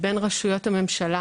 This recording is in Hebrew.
לא צריך להגיע לוועדה,